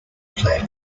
play